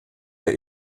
der